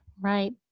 right